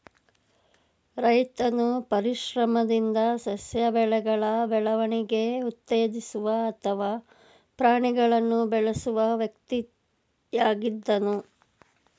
ರೈತನು ಪರಿಶ್ರಮದಿಂದ ಸಸ್ಯ ಬೆಳೆಗಳ ಬೆಳವಣಿಗೆ ಉತ್ತೇಜಿಸುವ ಅಥವಾ ಪ್ರಾಣಿಗಳನ್ನು ಬೆಳೆಸುವ ವ್ಯಕ್ತಿಯಾಗಿದ್ದನು